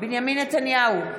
בנימין נתניהו,